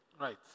Right